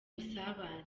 busabane